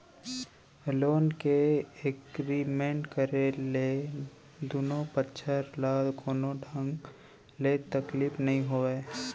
loan के agreement करे ले दुनो पक्छ ल कोनो ढंग ले तकलीफ नइ होवय